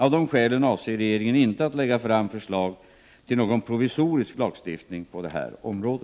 Av dessa skäl avser regeringen inte att lägga fram förslag till någon provisorisk lagstiftning på detta område.